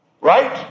Right